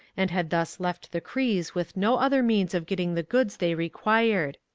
and had thus left the crees with no other means of getting the goods they required.